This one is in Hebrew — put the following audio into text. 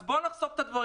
אז בוא נחשוף את הדברים.